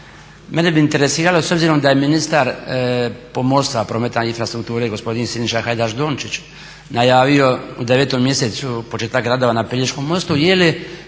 mene bi interesiralo s obzirom da je ministar pomorstva, prometa i infrastrukture gospodin Siniša Hajdaš Dončić najavio u 9.mjesecu početak radova na Pelješkom mostu jeli